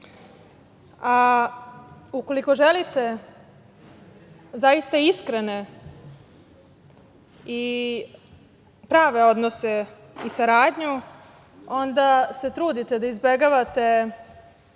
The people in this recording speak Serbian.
odnosa. Ukoliko želite zaista iskrene i prave odnose i saradnju, onda se trudite da izbegavate